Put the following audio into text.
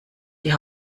die